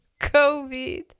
COVID